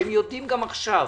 הם יודעים גם עכשיו